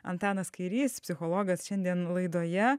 antanas kairys psichologas šiandien laidoje